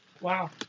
Wow